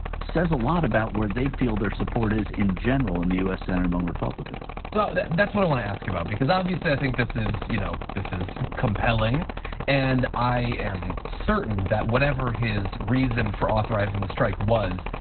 says a lot about where they feel their support is in general in the us centre among republicans so that's what i want to ask about because obviously i think this is you know, this is compelling and i am certain that whatever his reason for authorizing the strike was,